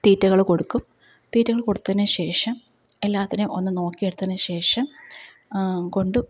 തീറ്റകള് കൊടുക്കും തീറ്റകള് കൊടുത്തതിനുശേഷം എല്ലാത്തിനെയും ഒന്ന് നോക്കിയെടുത്തതിനുശേഷം കൊണ്ടു